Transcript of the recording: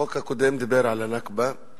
החוק הקודם דיבר על ה"נכבה";